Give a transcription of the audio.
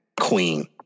Queen